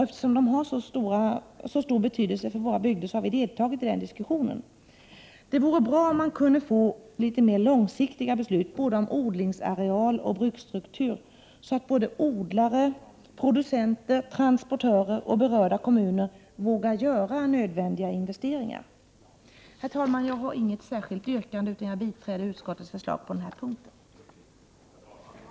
Eftersom de har så stor betydelse för våra bygder har vi deltagit i den diskussionen. Det vore bra om man kunde få litet mer långsiktiga beslut både om odlingsareal och bruksstruktur, så att både odlare, producenter, transportörer och berörda kommuner vågade göra nödvändiga investeringar. Herr talman! Jag har inget särskilt yrkande, utan jag biträder utskottets Prot. 1988/89:127 förslag på den punkten.